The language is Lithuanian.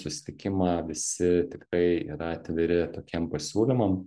susitikimą visi tikrai yra atviri tokiem pasiūlymam